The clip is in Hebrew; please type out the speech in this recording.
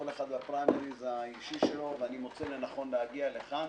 כל אחד והפריימריז האישי שלו; ואני מוצא לנכון להגיע לכאן